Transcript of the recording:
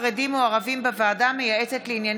הונחו מסקנות ועדת החינוך,